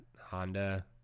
Honda